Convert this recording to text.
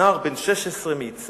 נער בן 16 מיצהר